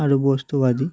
আর বস্তুবাদি